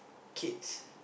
kids